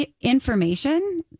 information